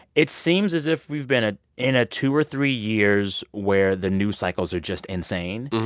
it seems as if we've been ah in ah two or three years where the news cycles are just insane,